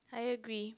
I agree